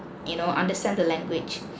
you know understand the language